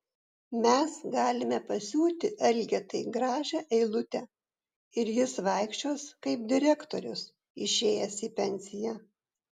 mes galime pasiūti elgetai gražią eilutę ir jis vaikščios kaip direktorius išėjęs į pensiją